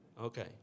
Okay